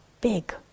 big